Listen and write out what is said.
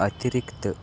अतिरिक्त